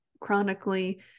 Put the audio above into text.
chronically